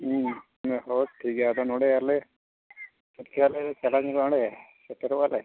ᱦᱮᱸ ᱦᱳᱭ ᱴᱷᱤᱠ ᱜᱮᱭᱟ ᱟᱫᱚ ᱱᱚᱰᱮ ᱟᱞᱮ ᱛᱚᱛᱠᱮ ᱟᱞᱮ ᱪᱟᱞᱟᱣ ᱧᱚᱜᱚᱜᱼᱟ ᱚᱸᱰᱮ ᱥᱮᱴᱮᱨᱚᱜᱼᱟ ᱞᱮ